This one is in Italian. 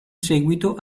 seguito